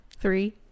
three